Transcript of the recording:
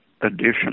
addition